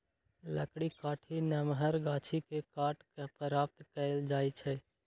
लकड़ी काठी नमहर गाछि के काट कऽ प्राप्त कएल जाइ छइ